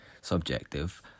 subjective